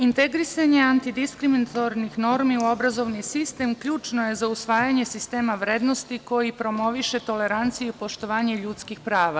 Integrisanje antidiskriminatornih normi u obrazovni sistem ključno je za usvajanje sistema vrednosti koji promoviše toleranciju i poštovanje ljudskih prava.